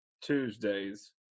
Tuesdays